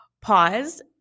pause